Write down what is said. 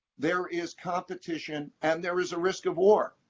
there is competition, and there is a risk of war.